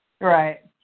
Right